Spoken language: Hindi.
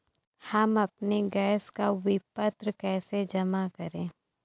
हम अपने गैस का विपत्र कैसे जमा करें?